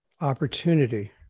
opportunity